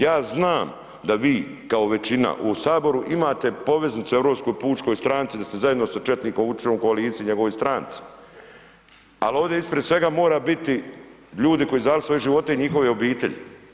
Ja znam da vi kao većina u Saboru imate poveznicu u Europskoj pučkoj stranci, da ste zajedno sa četnikom Vučićem u koaliciji i njegovoj stranci, ali ovdje ispred svega mora biti ljudi koji su dali svoje živote i njihove obitelji.